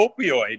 opioid